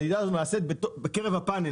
המדידה הזאת נעשית בקרב הפאנל,